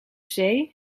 zee